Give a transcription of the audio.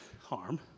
harm